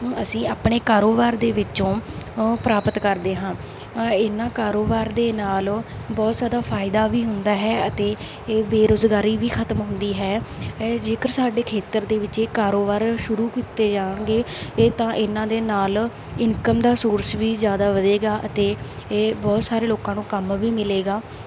ਅਸੀਂ ਆਪਣੇ ਕਾਰੋਬਾਰ ਦੇ ਵਿੱਚੋਂ ਪ੍ਰਾਪਤ ਕਰਦੇ ਹਾਂ ਇਹਨਾਂ ਕਾਰੋਬਾਰ ਦੇ ਨਾਲ ਬਹੁਤ ਜ਼ਿਆਦਾ ਫਾਇਦਾ ਵੀ ਹੁੰਦਾ ਹੈ ਅਤੇ ਇਹ ਬੇਰੁਜ਼ਗਾਰੀ ਵੀ ਖਤਮ ਹੁੰਦੀ ਹੈ ਹੈ ਜੇਕਰ ਸਾਡੇ ਖੇਤਰ ਦੇ ਵਿੱਚ ਇਹ ਕਾਰੋਬਾਰ ਸ਼ੁਰੂ ਕੀਤੇ ਜਾਣਗੇ ਇਹ ਤਾਂ ਇਹਨਾਂ ਦੇ ਨਾਲ ਇਨਕਮ ਦਾ ਸੋਰਸ ਵੀ ਜ਼ਿਆਦਾ ਵਧੇਗਾ ਅਤੇ ਇਹ ਬਹੁਤ ਸਾਰੇ ਲੋਕਾਂ ਨੂੰ ਕੰਮ ਵੀ ਮਿਲੇਗਾ